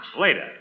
Later